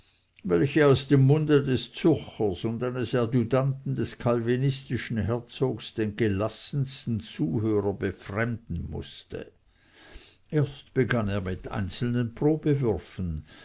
welche aus dem munde des zürchers und eines adjutanten des calvinistischen herzogs den gelassensten zuhörer befremden mußte erst begann er mit einzelnen